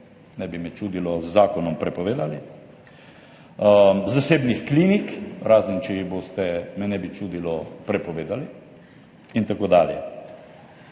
ne bi me čudilo, z zakonom prepovedali, zasebnih klinik, razen če jih boste, ne bi me čudilo, prepovedali, in tako dalje.